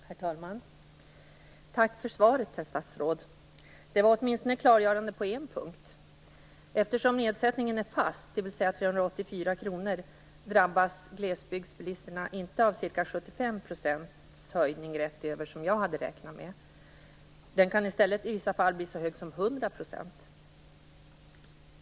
Herr talman! Tack för svaret, herr statsråd! Det var åtminstone klargörande på en punkt. Eftersom nedsättningen är fast, dvs. 384 kr, drabbas glesbygdsbilisterna inte av ca 75 % höjning rätt över, som jag hade räknat med. Det kan i stället i vissa fall bli fråga om så mycket som 100 %.